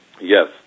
Yes